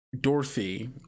Dorothy